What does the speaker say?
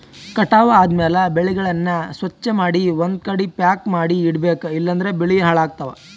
ಕಟಾವ್ ಆದ್ಮ್ಯಾಲ ಬೆಳೆಗಳನ್ನ ಸ್ವಚ್ಛಮಾಡಿ ಒಂದ್ಕಡಿ ಪ್ಯಾಕ್ ಮಾಡಿ ಇಡಬೇಕ್ ಇಲಂದ್ರ ಬೆಳಿ ಹಾಳಾಗ್ತವಾ